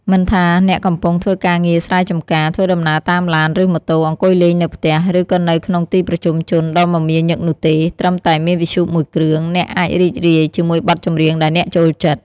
មិនថាអ្នកកំពុងធ្វើការងារស្រែចម្ការ ធ្វើដំណើរតាមឡាន ឬម៉ូតូ អង្គុយលេងនៅផ្ទះ ឬក៏នៅក្នុងទីប្រជុំជនដ៏មមាញឹកនោះទេ ត្រឹមតែមានវិទ្យុមួយគ្រឿង អ្នកអាចរីករាយជាមួយបទចម្រៀងដែលអ្នកចូលចិត្ត។